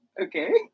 okay